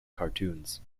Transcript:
cartoons